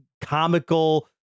comical